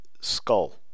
skull